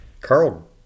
Carl